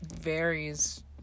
varies